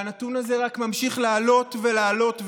והנתון הזה רק ממשיך לעלות ולעלות ולעלות.